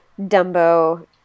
Dumbo